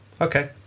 Okay